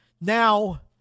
Now